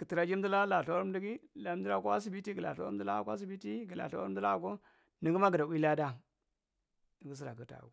ghutra ji emdilaka la lthawar emdigi la emdrakwa asibitti gula lthawar emdulakakwo nigima giɗɗa wi laɗa nigi sira kigta agwo.